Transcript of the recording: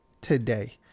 today